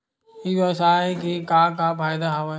ई व्यवसाय के का का फ़ायदा हवय?